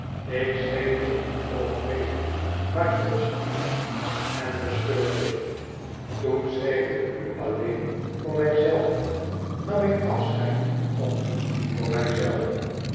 ik schreef er u ook vele maar zond ze u niet en verscheurde ze toen schreef ik u alleen voor mijzelve nam ik afscheid van u voor